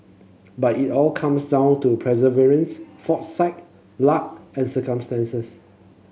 but it all comes down to perseverance foresight luck and circumstances